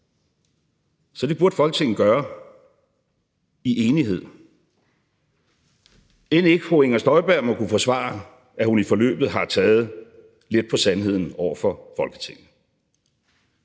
så det burde Folketinget gøre i enighed. End ikke fru Inger Støjberg må kunne forsvare, at hun i forløbet har taget let på sandheden over for Folketinget.